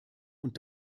und